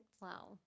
Wow